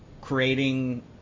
creating